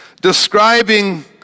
Describing